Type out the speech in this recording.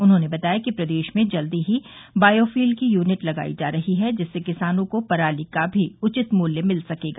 उन्होंने बताया कि प्रदेश में जल्द ही बायोफील की यूनिट लगाई जा रही है जिससे किसानों को पराली का भी उचित मूल्य मिल सकेगा